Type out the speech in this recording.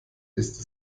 ist